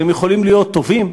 והם יכולים להיות טובים,